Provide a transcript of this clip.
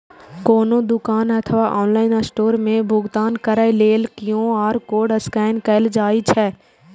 कोनो दुकान अथवा ऑनलाइन स्टोर मे भुगतान करै लेल क्यू.आर कोड स्कैन कैल जाइ छै